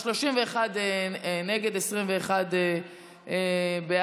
אז, 31 נגד ו-21 בעד.